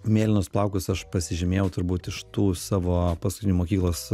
mėlynus plaukus aš pasižymėjau turbūt iš tų savo paskutinių mokyklos